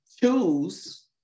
choose